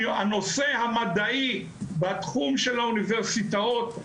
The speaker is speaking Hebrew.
והנושא המדעי בתחום של האוניברסיטאות,